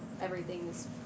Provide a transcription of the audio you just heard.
everything's